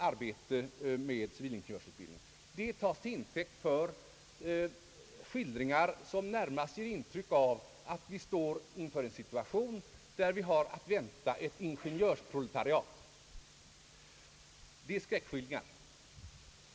Det tas till intäkt för skildringar som närmast ger intryck av att vi har att vänta ett ingenjörsproletariat. Det är skräckskildringar.